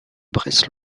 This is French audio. bresse